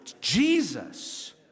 Jesus